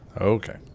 Okay